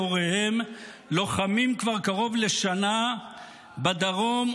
והוריהם לוחמים כבר קרוב לשנה בדרום ובצפון,